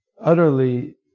utterly